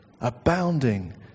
abounding